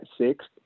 sixth